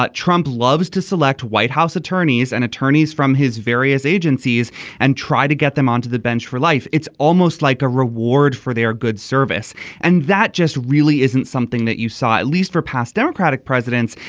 but trump loves to select white house attorneys and attorneys from his various agencies and try to get them onto the bench for life. it's almost like a reward for their good service and that just really isn't something that you saw at least four past democratic presidents.